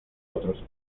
otros